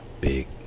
big